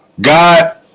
god